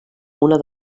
una